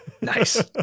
Nice